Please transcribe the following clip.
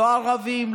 לא ערבים,